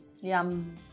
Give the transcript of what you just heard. Yum